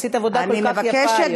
עשית עבודה כל כך יפה היום.